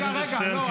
רגע, רגע.